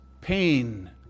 pain